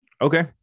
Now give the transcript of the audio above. Okay